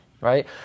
right